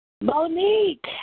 Monique